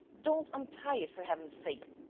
don't untie it, for heaven's sake!